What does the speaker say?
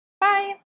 Bye